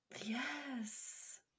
Yes